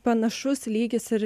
panašus lygis ir